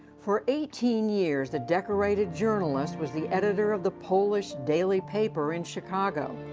for eighteen years, the decorated journalist was the editor of the polish daily paper in chicago.